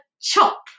chop